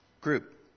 group